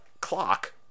clock